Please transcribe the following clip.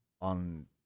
on